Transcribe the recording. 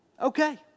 Okay